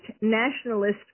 nationalist